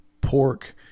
pork